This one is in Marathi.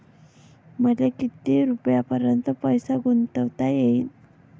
मले किती रुपयापर्यंत पैसा गुंतवता येईन?